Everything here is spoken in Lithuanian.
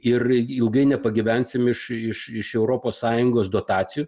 ir ilgai nepagyvensim iš iš europos sąjungos dotacijų